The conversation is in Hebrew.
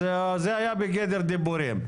זה היה בגדר דיבורים.